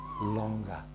longer